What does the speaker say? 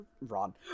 ron